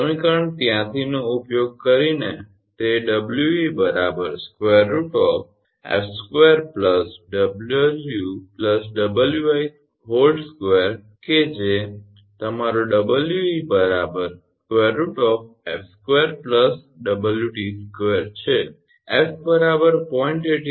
સમીકરણ 83 નો ઉપયોગ કરીને તે 𝑊𝑒 √𝐹2 𝑊 𝑊𝑖2 કે જે તમારો 𝑊𝑒 √𝐹2 𝑊𝑇2 છે 𝐹 0